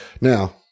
now